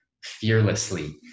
fearlessly